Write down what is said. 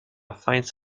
finds